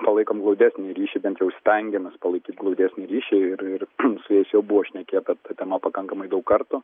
palaikom glaudesnį ryšį bent jau stengiamės palaikyt glaudesnį ryšį ir ir su jais jau buvo šnekėta ta tema pakankamai daug kartų